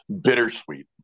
bittersweet